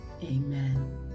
Amen